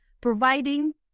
providing